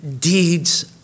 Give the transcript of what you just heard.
deeds